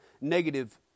negative